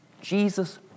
Jesus